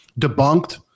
debunked